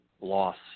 loss